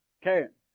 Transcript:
Karen